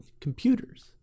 computers